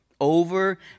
Over